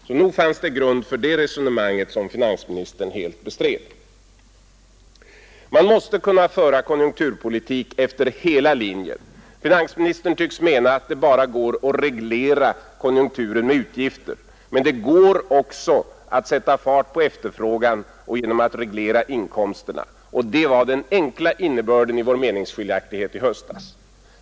Så nog fanns det grund för det resonemanget, som finansministern helt bestred. Man måste kunna föra konjunkturpolitik efter hela linjen. Finansministern tycks mena att det bara går att reglera konjunkturen med utgifter, men det går också att sätta fart på efterfrågan genom att reglera inkomsterna. Och det var den enkla innebörden i vår meningsskiljaktighet i höstas.